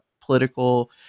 political